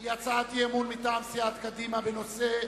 היא הצעת אי-אמון מטעם קדימה בנושא: